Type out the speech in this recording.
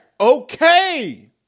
okay